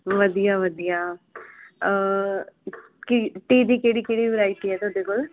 ਵਧੀਆ ਵਧੀਆ ਕੀ ਟੀ ਦੀ ਕਿਹੜੀ ਕਿਹੜੀ ਵਰਾਇਟੀ ਹੈ ਤੁਹਾਡੇ ਕੋਲ